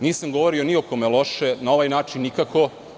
Nisam govorio ni o kome loše, na ovaj način nikako.